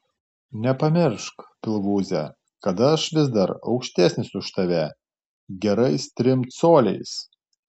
nepamiršk pilvūze kad aš vis dar aukštesnis už tave gerais trim coliais